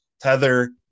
Tether